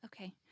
Okay